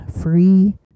free